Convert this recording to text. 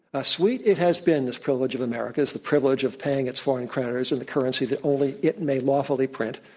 ah sweet it has been this privilege of america, the privilege of paying its foreign creditors in the currency that only it may lawfully print.